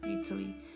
Italy